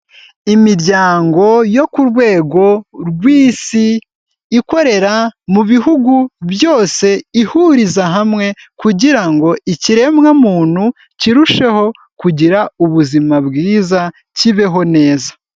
Imiryango yo ku rwego rw'isi ikorera mu bihugu byose ihuriza hamwe kugira ngo ikiremwa muntu kirusheho kugira ubuzima bwiza kibeho neza.